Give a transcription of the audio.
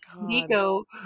Nico